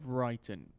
Brighton